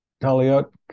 Taliot